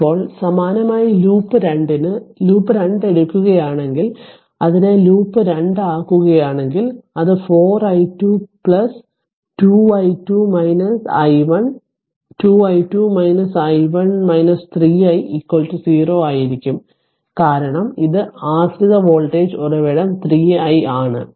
ഇപ്പോൾ സമാനമായി ലൂപ്പ് 2 ന് ലൂപ്പ് 2 എടുക്കുകയാണെങ്കിൽ അതിനെ ലൂപ്പ് 2 ആക്കുകയാണെങ്കിൽ അത് 4 i2 4 i2 2 i2 i2 i1 2 i2 i1 3 i 0 ആയിരിക്കും കാരണം ഇത് ആശ്രിത വോൾട്ടേജ് ഉറവിടം 3 i ആണ്